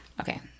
Okay